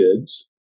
kids